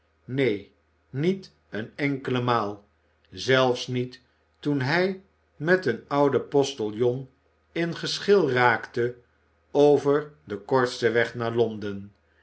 neen niet eene enkele maal zelfs niet toen hij met een ouden postiljon in geschil raakte over den kortsten weg naar londen